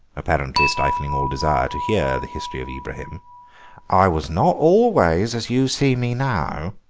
apparently stifling all desire to hear the history of ibrahim i was not always as you see me now.